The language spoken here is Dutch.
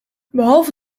behalve